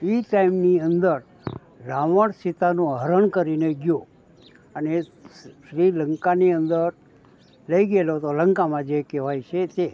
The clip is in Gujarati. એ ટાઈમની અંદર રાવણ સીતાનું હરણ કરીને ગયો અને શ્રીલંકાની અંદર લઈ ગયેલો હતો લંકામાં જે કેવાય છે તે